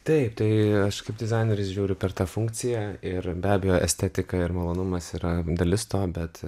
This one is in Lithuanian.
taip tai aš kaip dizaineris žiūriu per tą funkciją ir be abejo estetika ir malonumas yra dalis to bet